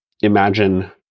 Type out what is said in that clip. Imagine